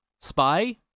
Spy